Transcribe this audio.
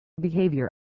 Behavior